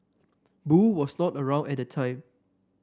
boo was not around at the time